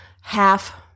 half